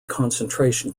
concentration